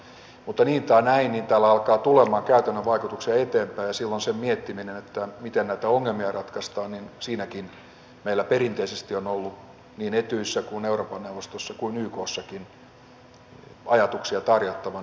mutta niin tai näin täällä alkaa tulemaan käytännön vaikutuksia eteenpäin ja silloin sen miettimisessä miten näitä ongelmia ratkaistaan meillä perinteisesti on ollut niin etyjissä kuin euroopan neuvostossa kuin ykssakin ajatuksia tarjottavana